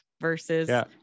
versus